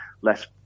less